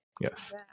Yes